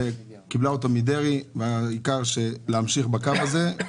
היא קיבלה אותו מדרעי והעיקר הוא להמשיך בקו הזה.